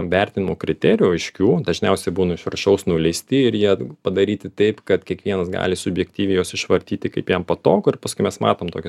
vertinimo kriterijų aiškių dažniausiai būna iš viršaus nuleisti ir jie padaryti taip kad kiekvienas gali subjektyviai juos išvartyti kaip jam patogu ir paskui mes matom tokią